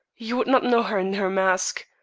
you would not know her in her mask.